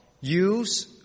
use